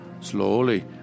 Slowly